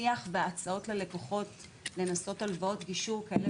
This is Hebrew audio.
כולל שיח והצעות ללקוחות לנסות הלוואת גישור כאלו